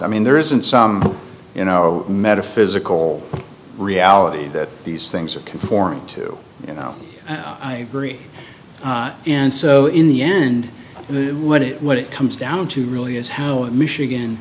i mean there isn't some you know metaphysical reality that these things are conforming to you know i agree and so in the end what it what it comes down to really is howell michigan